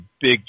big